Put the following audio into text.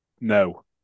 No